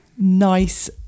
nice